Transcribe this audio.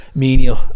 Menial